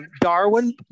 Darwin